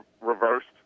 reversed